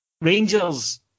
Rangers